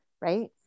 right